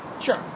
Sure